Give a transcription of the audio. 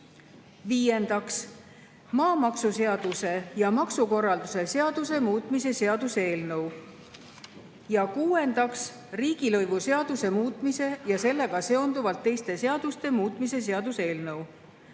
Viiendaks, maamaksuseaduse ja maksukorralduse seaduse muutmise seaduse eelnõu. Ja kuuendaks, riigilõivuseaduse muutmise ja sellega seonduvalt teiste seaduste muutmise seaduse eelnõu.